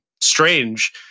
strange